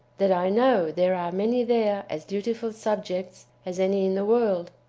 that i know there are many there as dutiful subjects as any in the world,